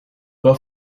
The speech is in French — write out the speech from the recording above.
pas